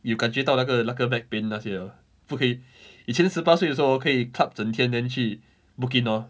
有感觉到那个那个 back pain 那些 liao 不可以以前十八岁的时候 hor 可以 club 整天 then 去 book in orh